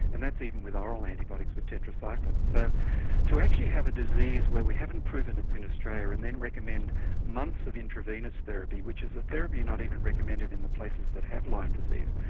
and that's even with oral antibiotics, the tetracyclines. so to actually have a disease where we haven't proven it's in australia and then recommend months of intravenous therapy, which is a therapy not even recommended in the places that have lyme disease,